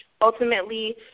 ultimately